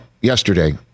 yesterday